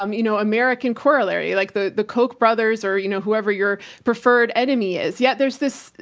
um you know, american corollary, like the the koch brothers, or you know whoever your preferred enemy is. yet there's this,